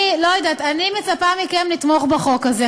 אני לא יודעת, אני מצפה מכם לתמוך בחוק הזה.